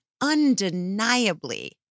undeniably